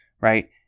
right